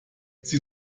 sie